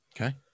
Okay